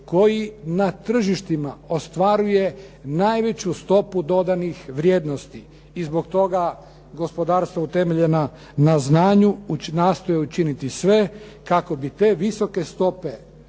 koji na tržištima ostvaruje najveću stopu dodanih vrijednosti. I zbog toga gospodarstva utemeljena na znanju nastoje učiniti sve kako bi te visoke stope